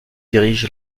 dirige